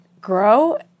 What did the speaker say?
grow